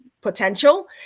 potential